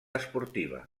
esportiva